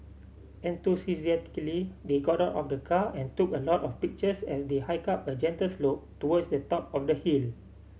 enthusiastically they got out of the car and took a lot of pictures as they hiked up a gentle slope towards the top of the hill